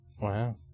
Wow